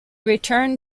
return